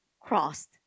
crossed